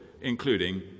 including